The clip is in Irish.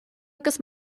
agus